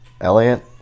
Elliot